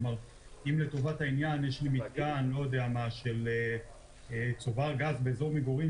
כלומר אם לטובת העניין יש מתקן של צובר גז באזור מגורים